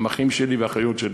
הם אחים שלי ואחיות שלי.